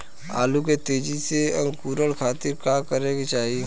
आलू के तेजी से अंकूरण खातीर का करे के चाही?